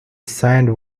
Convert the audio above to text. sand